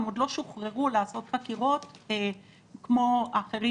הם עוד לא שוחררו לעשות חקירות כמו אחרים